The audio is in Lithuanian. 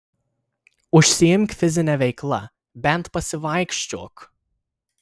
užsiimk fizine veikla bent pasivaikščiok